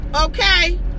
Okay